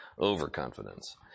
overconfidence